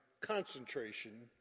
concentration